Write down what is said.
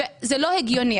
זה לא הגיוני.